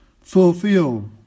fulfill